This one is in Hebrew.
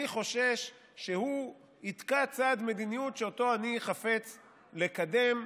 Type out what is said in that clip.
אני חושש שהוא יתקע צעד מדיניות שאותו אני חפץ לקדם,